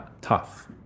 tough